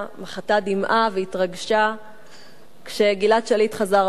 מחתה דמעה והתרגשה כשגלעד שליט חזר הביתה.